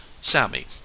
sammy